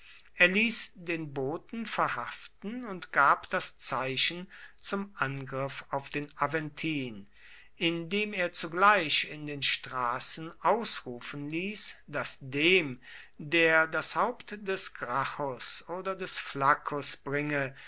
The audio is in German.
er ließ den boten verhaften und gab das zeichen zum angriff auf den aventin indem er zugleich in den straßen ausrufen ließ daß dem der das haupt des gracchus oder des flaccus bringe